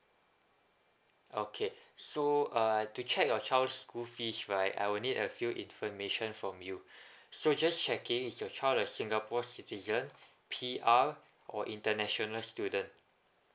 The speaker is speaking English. okay so uh to check your child's school fees right I will need a few information from you so just checking is your child a singapore citizen P_R or international student